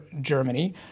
Germany